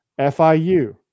FIU